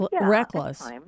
reckless